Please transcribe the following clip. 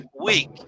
week